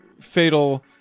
fatal